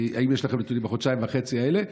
האם יש לכם נתונים מהחודשיים וחצי האלה?